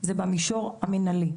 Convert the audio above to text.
הוא במישור המנהלי.